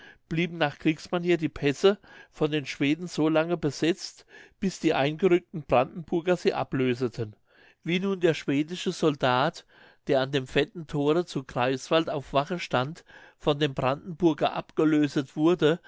blieben nach kriegsmanier die pässe von den schweden so lange besetzt bis die eingerückten brandenburger sie ablöseten wie nun der schwedische soldat der an dem fetten thore zu greifswald auf wache stand von dem brandenburger abgelöset wurde